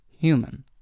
human